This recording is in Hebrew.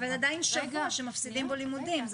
אבל זה עדיין שבוע שמפסידים בו לימודים.